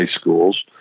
schools